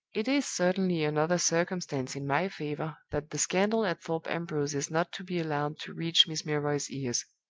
it is certainly another circumstance in my favor that the scandal at thorpe ambrose is not to be allowed to reach miss milroy's ears.